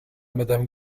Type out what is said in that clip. madame